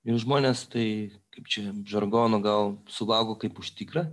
ir žmonės tai kaip čia žargonu gal suvalgo kaip už tikrą